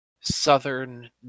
southern